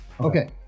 Okay